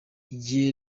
igihe